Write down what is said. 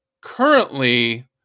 currently